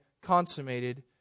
consummated